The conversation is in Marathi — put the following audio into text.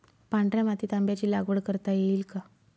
पांढऱ्या मातीत आंब्याची लागवड करता येईल का?